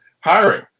hiring